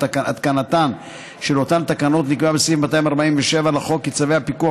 התקנתן של אותן תקנות נקבע בסעיף 247 לחוק כי צווי הפיקוח,